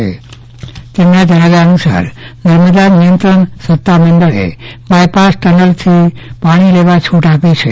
સુત્રોના જણાવ્યા અનુસાર નર્મદા નયંત્રણ સત્તામંડળે બે બાયપાસ ટનલમાંથી પાણી લેવા છૂટ આપી છે